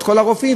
את כל הרופאים.